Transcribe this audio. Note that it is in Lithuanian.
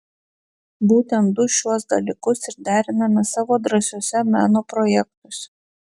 būtent du šiuos dalykus ir deriname savo drąsiuose meno projektuose